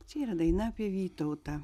čia yra daina apie vytautą